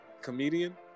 comedian